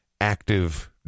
active